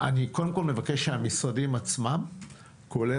אני קודם כל מבקש שהמשרדים עצמם כולל